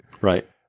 Right